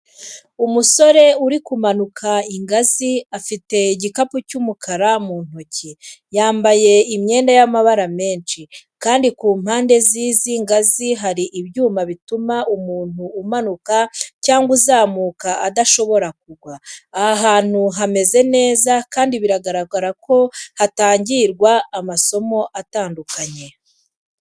Umusore uri kumanuka ingazi afite igikapu cy'umukara mu ntoki. Yambaye imyenda y’amabara menshi, kandi ku mpande z'izi ngazi hari ibyuma bituma umuntu umanuka cyangwa azamuka adashobora kugwa. Aha hantu hameze neza kandi biragaragara ko hatangirwa amasomo atandukanye.